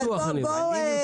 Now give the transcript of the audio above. זה כמו בחדרי הניתוח כנראה.